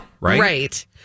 right